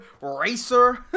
racer